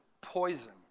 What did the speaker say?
poison